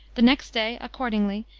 the next day, accordingly,